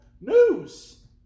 news